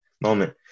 moment